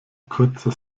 kurzer